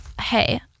hey